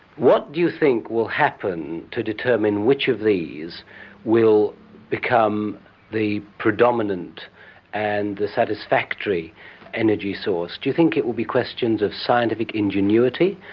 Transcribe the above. what do you think will happen to determine which of these will become the predominant and the satisfactory energy source? do you think it will be questions of scientific ingenuity?